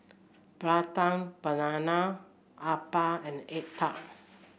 Prata Banana Appam and egg tart